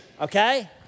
Okay